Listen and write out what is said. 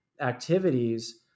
activities